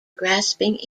grasping